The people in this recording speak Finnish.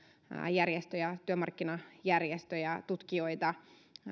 järjestöjä työmarkkinajärjestöjä tutkijoita